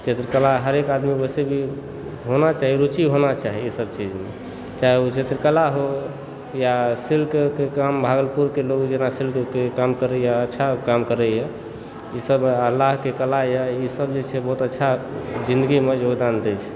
चित्रकला हरेक आदमी वैसे भी होना चाही रुचि होना चाही एहि सब चीजमे चाहे ओ चित्रकला हो या सिल्कके काम भागलपुरके लोग जेना सिल्कके काम करैए अच्छा काम करैए ई सब हमरा आरके कला यऽ ई सब जे छै बहुत अच्छा जिन्दगीमे योगदान दैत छै